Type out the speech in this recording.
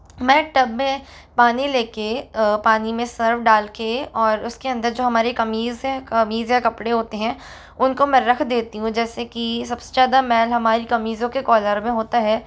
मैं टब में पानी लेके पानी में सर्फ़ डाल के और उसके अंदर जो हमारे कमीज़ है कमीज़ या कपड़े होते हैं उनको में रख देती हूँ जैसे कि सबसे ज़्यादा मैल हमारी कमीज़ों के कॉलर में होता है